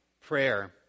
prayer